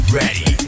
ready